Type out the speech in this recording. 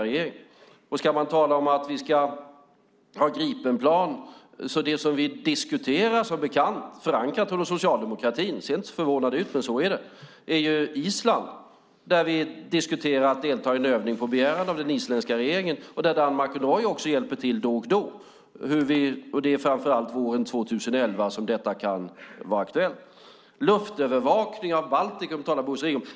Om vi ska diskutera frågan om Gripenplan - som bekant förankrat under socialdemokratin; se inte så förvånade ut, för så var det - handlar det om Island och om att, på begäran av den isländska regeringen, delta i en övning. Också Danmark och Norge hjälper till då och då. Det är framför allt våren 2011 som det kan vara aktuellt. Luftövervakning av Baltikum talade Bosse Ringholm om.